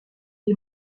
est